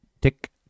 Tick